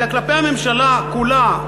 אלא כלפי הממשלה כולה,